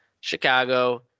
Chicago